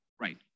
Right